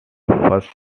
first